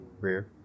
rear